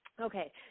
Okay